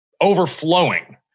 overflowing